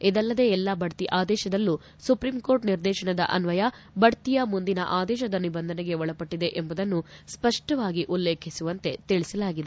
ಇದಲ್ಲದೇ ಎಲ್ಲಾ ಬಡ್ತಿ ಆದೇಶದಲ್ಲೂ ಸುಪ್ರೀಂಕೋರ್ಟ್ ನಿರ್ದೇಶನದ ಅನ್ವಯ ಬಡ್ತಿಯು ಮುಂದಿನ ಆದೇಶದ ನಿಬಂಧನೆಗೆ ಒಳಪಟ್ಟದೆ ಎಂಬುದನ್ನು ಸ್ಪಷ್ಟವಾಗಿ ಉಲ್ಲೇಖಿಸುವಂತೆ ತಿಳಿಸಲಾಗಿದೆ